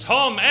Tom